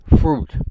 fruit